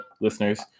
listeners